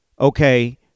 okay